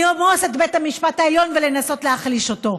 לרמוס את בית המשפט העליון ולנסות להחליש אותו.